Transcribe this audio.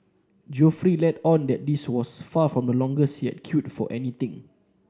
Geoffrey let on that this was far from the longest he had queued for anything